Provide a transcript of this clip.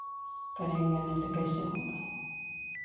करेंगे नहीं तो कैसे होगा